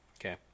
Okay